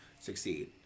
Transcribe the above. succeed